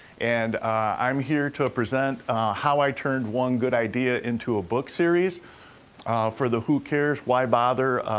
and i'm here to present how i turned one good idea into a book series for the who cares? why bother?